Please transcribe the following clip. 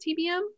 TBM